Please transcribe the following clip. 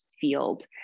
field